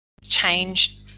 change